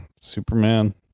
Superman